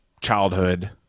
childhood